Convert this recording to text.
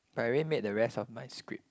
but I already made the rest of my script